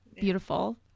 beautiful